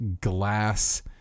Glass